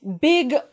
big